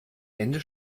ende